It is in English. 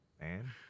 Man